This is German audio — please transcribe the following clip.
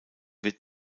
wird